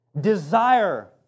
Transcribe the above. Desire